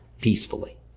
peacefully